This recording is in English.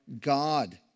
God